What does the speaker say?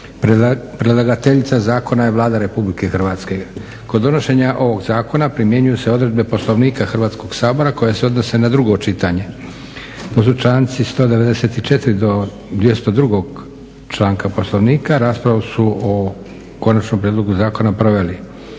Predlagateljica zakona je Vlada RH. Kod donošenja ovog zakona primjenjuju se odredbe Poslovnika Hrvatskog sabora koje se odnose na drugo čitanje, to su članci 194.do 202.članka Poslovnika. Raspravu su o konačnom prijedlogu zakona proveli